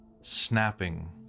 snapping